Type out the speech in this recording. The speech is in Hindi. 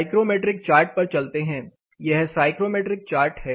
साइक्रोमेट्रिक चार्ट पर चलते हैं यह साइक्रोमेट्रिक चार्ट है